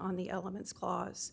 on the elements clause